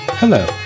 Hello